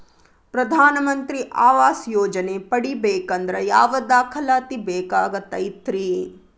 ಪ್ರಧಾನ ಮಂತ್ರಿ ಆವಾಸ್ ಯೋಜನೆ ಪಡಿಬೇಕಂದ್ರ ಯಾವ ದಾಖಲಾತಿ ಬೇಕಾಗತೈತ್ರಿ?